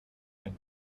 ein